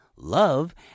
love